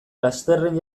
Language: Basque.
lasterren